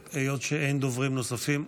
היות שאין דוברים נוספים,